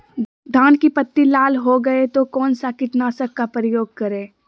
धान की पत्ती लाल हो गए तो कौन सा कीटनाशक का प्रयोग करें?